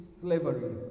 slavery